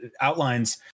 outlines